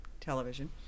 television